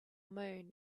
moon